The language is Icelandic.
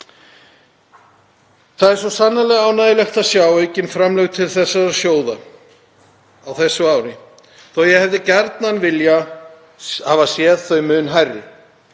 Það er svo sannarlega ánægjulegt að sjá aukin framlög til þessara sjóða á þessu ári þótt ég hefði gjarnan viljað sjá þau mun hærri.